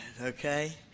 okay